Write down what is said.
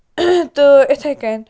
تہٕ اِتھَے کٔنۍ